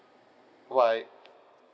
bye bye